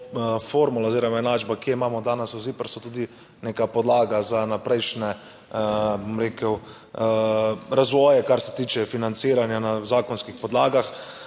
oziroma enačba, ki jo imamo danes v ZIPRS-u, tudi neka podlaga za vnaprejšnje, bom rekel, razvoje, kar se tiče financiranja na zakonskih podlagah.